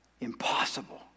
Impossible